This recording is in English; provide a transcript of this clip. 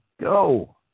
go